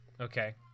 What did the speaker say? Okay